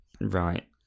Right